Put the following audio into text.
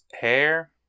hair